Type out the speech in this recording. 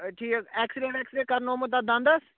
ٹھیٖک ایکٕسرے ویکٕسرے کَرنومُت اَتھ دَندَس